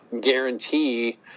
guarantee